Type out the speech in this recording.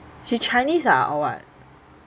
she chinese ah or what